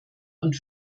und